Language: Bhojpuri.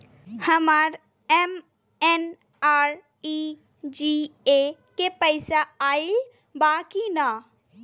हमार एम.एन.आर.ई.जी.ए के पैसा आइल बा कि ना?